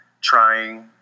trying